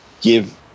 give